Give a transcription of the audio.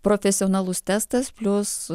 profesionalus testas plius